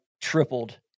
tripled